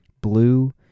Blue